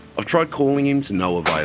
i've tried calling him, to no avail.